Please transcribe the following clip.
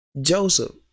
Joseph